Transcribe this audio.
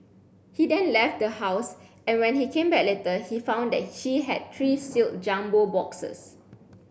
he then left the house and when he came back later he found that she had three sealed jumbo boxes